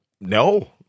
No